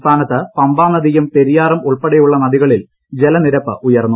സംസ്ഥാനത്ത് പമ്പാനദിയും ൾ കടൽ പെരിയാറുംഉൾപ്പെടെയുള്ള നദികളിൽ ജലനിരപ്പ് ഉയർന്നു